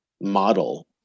model